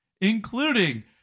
including